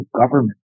government